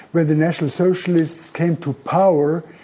when the national socialists came to power,